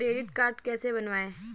Credit card कैसे बनवाएँ?